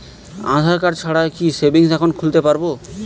আধারকার্ড ছাড়া কি savings account খুলতে পারব?